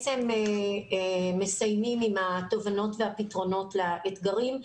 מסיימים עם התובנות והפתרונות לאתגרים.